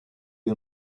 you